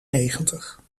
negentig